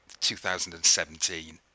2017